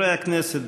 חברי הכנסת,